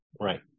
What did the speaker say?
Right